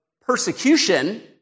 persecution